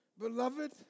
beloved